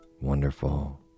wonderful